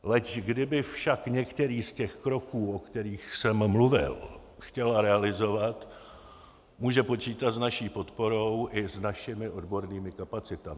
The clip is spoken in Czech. Leč kdyby však některý z kroků, o kterých jsem mluvil, chtěla realizovat, může počítat s naší podporou i s našimi odbornými kapacitami.